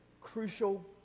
crucial